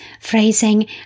phrasing